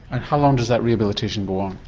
and how long does that rehabilitation go on?